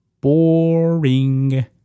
Boring